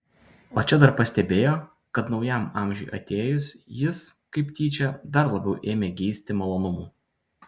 o čia dar pastebėjo kad naujam amžiui atėjus jis kaip tyčia dar labiau ėmė geisti malonumų